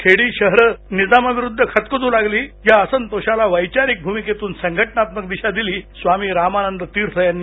खेडी शहर निजामाविरुद्ध खदखदू लागली या असंतोषाला वैचारिक भ्मीकेतून संघटनात्मक दिशा दिली स्वामी रामानंद तीर्थ यांनी